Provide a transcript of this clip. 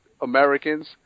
Americans